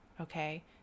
Okay